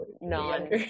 non